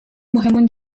مهم